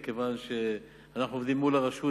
מכיוון שאנחנו עובדים מול הרשות,